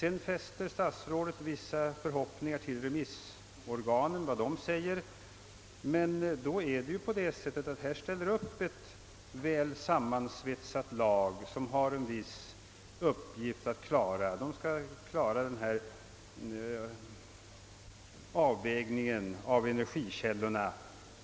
Vidare fäster herr statsrådet vissa förhoppningar vid remissinstansernas kommande yttranden. Men det blir ju så, att mot ett väl sammansvetsat lag — energikommitléns ledamöter — som fått i uppgift att klara avvägningen mellan energikällorna